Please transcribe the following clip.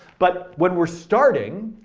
but when we're starting,